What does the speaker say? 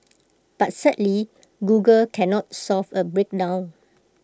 but sadly Google cannot solve A breakdown